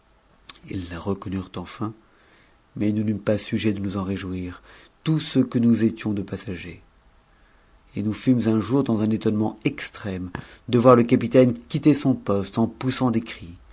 ils la reconnurent enfin mais nous n'eûmes pas sujet de nous réjouir tout ce que nous étions de passagers et nous fûmes un jour dans un étonnement extrême de voir capitaine quitter son poste en poussant des cris